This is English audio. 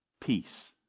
Peace